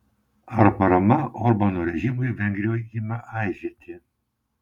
ar parama orbano režimui vengrijoje ima aižėti